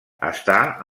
està